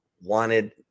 wanted